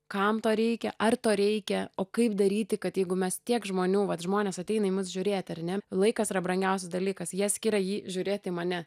kam to reikia ar to reikia o kaip daryti kad jeigu mes tiek žmonių vat žmonės ateina į mus žiūrėti ar ne laikas yra brangiausias dalykas jie skiria jį žiūrėti į mane